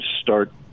start